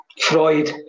Freud